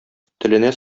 теленә